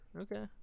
Okay